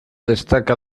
destaca